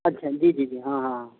اچھا جی جی جی ہاں ہاں ہاں